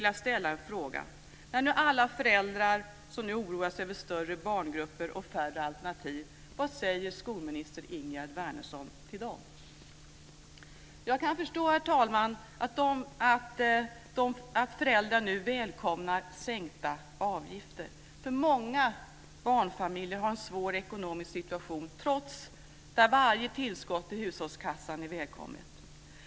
Jag kan förstå, herr talman, att föräldrar nu välkomnar sänkta avgifter. Många barnfamiljer har en svår ekonomisk situation där varje tillskott till hushållskassan är välkommet.